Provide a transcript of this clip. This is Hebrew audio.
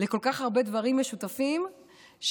לכל כך הרבה דברים משותפים שהיו,